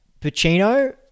Pacino